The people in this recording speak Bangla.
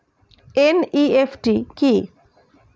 এন.ই.এফ.টি কি?